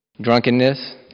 Drunkenness